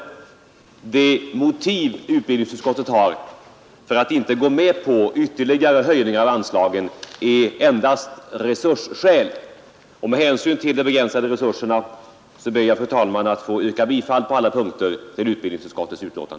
De motiv utbildningsutskottets majoritet har för att inte gå med på ytterligare höjning av anslagen är endast resursskäl. Med hänsyn till de begränsade resurserna ber jag alltså, fru talman, att på alla punkter få yrka bifall till utbildningsutskottets hemställan.